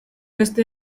beste